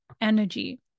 energy